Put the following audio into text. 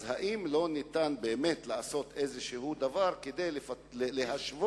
אז האם לא ניתן באמת לעשות איזה דבר כדי להשוות,